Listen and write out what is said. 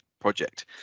project